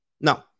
No